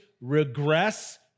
regress